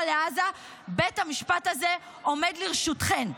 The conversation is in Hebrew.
לעזה: בית המשפט הזה עומד לרשותכם,